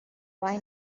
why